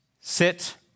Sit